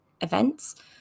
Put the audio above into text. events